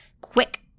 quick